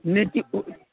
नीति